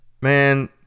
Man